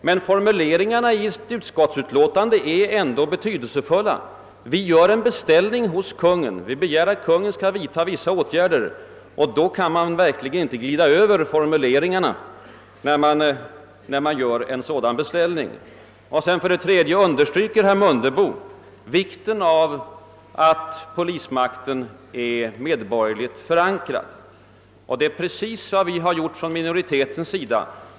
Men formuleringar i ett utskottsutlåtande är betydelsefulla. Vi gör en beställning hos Kungl. Maj:t, i vilken vi begär att Kungl. Maj:t skall vidta vissa åtgärder, och då kan man verkligen inte glida över hur beställningen formuleras. Slutligen underströk herr Mundebo vikten av att polismakten är medborgerligt förankrad. Detta är precis vad vi har gjort från minoritetens sida.